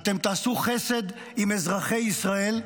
אתם תעשו חסד עם אזרחי ישראל.